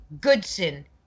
Goodson